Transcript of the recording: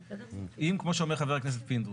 אם כמו שאומר חבר הכנסת פינדרוס,